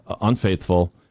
unfaithful